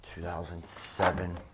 2007